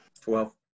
Twelve